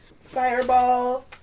Fireball